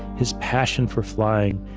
his passion for flying,